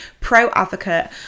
pro-advocate